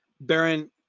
Baron